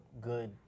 good